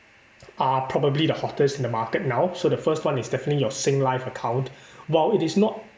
are probably the hottest in the market now so the first one is definitely your singlife account while it is not